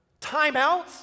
timeouts